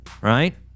right